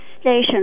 station